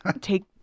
take